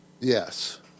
Yes